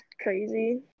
crazy